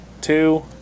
two